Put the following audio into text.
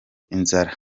inzara